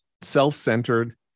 self-centered